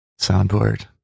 soundboard